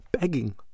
begging